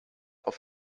auf